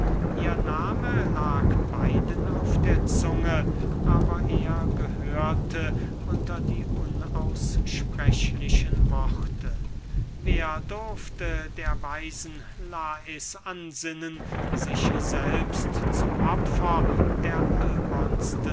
ihr nahme lag beiden auf der zunge aber er gehörte unter die unaussprechlichen worte wer durfte der weisen lais ansinnen sich selbst zum opfer der